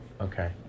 Okay